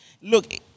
look